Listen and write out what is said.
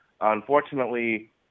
Unfortunately